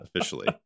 Officially